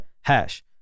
hash